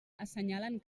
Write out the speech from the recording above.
assenyalen